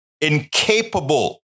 incapable